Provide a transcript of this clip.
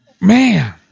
Man